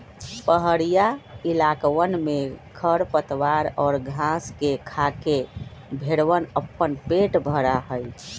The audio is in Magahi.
पहड़ीया इलाकवन में खरपतवार और घास के खाके भेंड़वन अपन पेट भरा हई